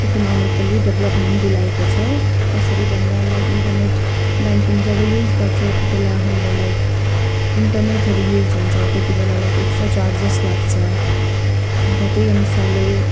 economically development दिलाएको छ कसरी भन्दा लाइक इन्टरनेट ब्याङ्किङ जब युज गर्छ त्यति बेला हाम्रो लाइक इन्टरनेटहरू युज हुन्छ त्यति बेला लाइक एक्स्ट्रा चार्जेस लाग्छ अन्त त्यही अनुसारले